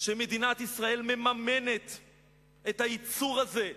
שמדינת ישראל מממנת את הייצור הזה,